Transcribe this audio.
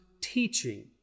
teaching